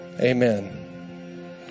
Amen